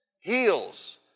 heals